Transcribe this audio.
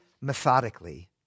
methodically